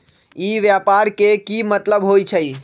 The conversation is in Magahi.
ई व्यापार के की मतलब होई छई?